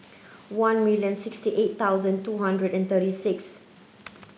one million sixty eight thousand two hundred and thirty six